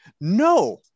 No